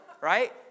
right